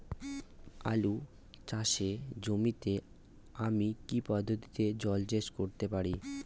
আলু চাষে জমিতে আমি কী পদ্ধতিতে জলসেচ করতে পারি?